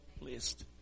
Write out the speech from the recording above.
list